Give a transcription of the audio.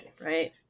right